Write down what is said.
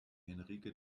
henrike